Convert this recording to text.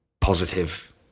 positive